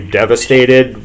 devastated